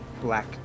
black